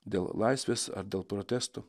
dėl laisvės ar dėl protestų